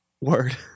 Word